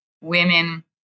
women